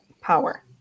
power